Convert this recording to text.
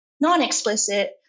non-explicit